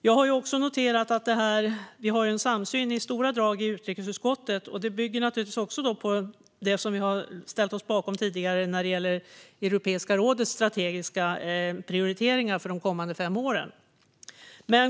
Jag noterar att vi i stora drag har en samsyn i utrikesutskottet, och detta bygger på det som vi har ställt oss bakom tidigare när det gäller Europeiska rådets strategiska prioriteringar för de kommande fem åren.